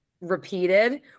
repeated